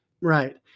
Right